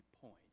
point